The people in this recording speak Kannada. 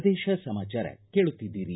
ಪ್ರದೇಶ ಸಮಾಚಾರ ಕೇಳುತ್ತಿದ್ದೀರಿ